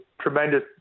tremendous